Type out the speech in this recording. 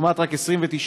לעומת רק 29,000